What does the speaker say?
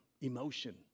emotion